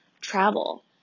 travel